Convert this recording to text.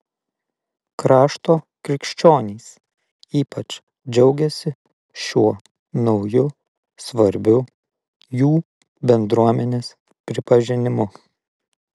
krašto krikščionys ypač džiaugiasi šiuo nauju svarbiu jų bendruomenės pripažinimu